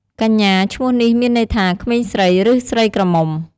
កញ្ញា ឈ្មោះនេះមានន័យថាក្មេងស្រី ឬ ស្រីក្រមុំ។